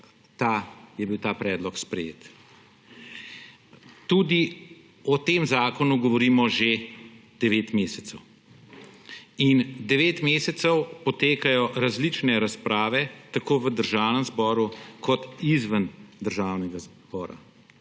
je bil ta predlog sprejet. Tudi o tem zakonu govorimo že 9 mesecev in 9 mesecev potekajo različne razprave tako v Državnem zboru kot izven Državnega zbora.